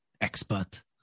expert